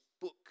book